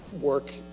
work